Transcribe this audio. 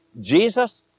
Jesus